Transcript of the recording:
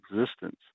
existence